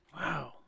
wow